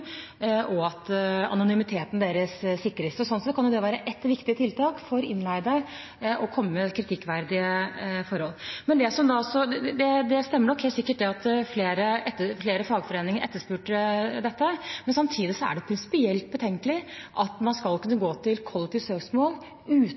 og at anonymiteten deres sikres. Sånn sett kan det være et viktig tiltak for innleide å komme med kritikkverdige forhold. Det stemmer sikkert at flere fagforeninger etterspurte dette, men samtidig er det prinsipielt betenkelig at man skal kunne